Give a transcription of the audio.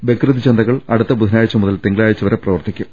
ബക്രീദ് ചന്തകൾ അടുത്ത ബുധ നാഴ്ച മുതൽ തിങ്കളാഴ്ച വരെ പ്രവർത്തിക്കും